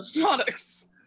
products